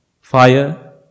fire